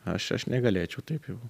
aš aš negalėčiau taip jau